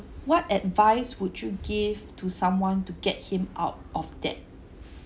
what advice would you give to someone to get him out of debt